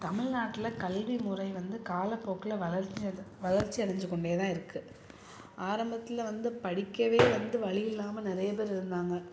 தமிழ்நாட்டில் கல்வி முறை வந்து காலப்போக்கில் வளர்ச்சி வளர்ச்சி அடைஞ்சு கொண்டே தான் இருக்குது ஆரம்பத்தில் வந்து படிக்கவே வந்து வழி இல்லாமல் நிறைய பேர் இருந்தாங்க